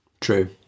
True